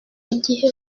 igihe